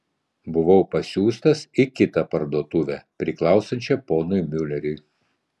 buvau pasiųstas į kitą parduotuvę priklausančią ponui miuleriui